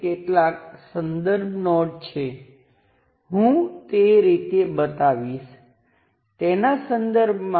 સૌ પ્રથમ તે સમાન હોવું જોઈએ અન્યથા હું આખી સર્કિટને કોઈપણ રીતે આપીશ પરંતુ તેને પણ બે ટર્મિનલ્સ છે